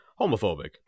homophobic